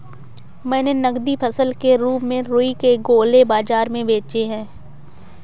मैंने नगदी फसल के रूप में रुई के गोले बाजार में बेचे हैं